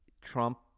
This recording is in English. Trump